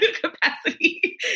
capacity